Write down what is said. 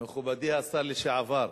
מכובדי השר לשעבר,